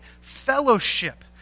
fellowship